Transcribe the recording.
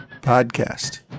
podcast